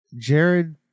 jared